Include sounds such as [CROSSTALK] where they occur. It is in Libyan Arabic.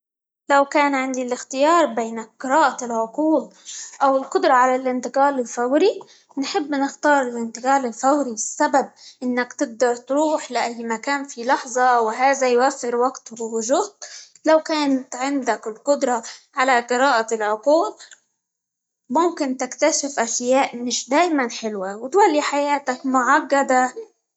لو كان عندي الإختيار بين قراءة العقول، أو القدرة على الإنتقال الفوري، نحب نختار الإنتقال الفوري؛ السبب إنك تقدر تروح لأى مكان في لحظة، وهذا يوفر وقت، وجهد، لو كان عندك القدرة على قراءة العقول ممكن تكتشف أشياء مش دايمًا حلوة، وتولي حياتك معقدة. [NOISE]